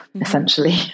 essentially